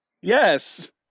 yes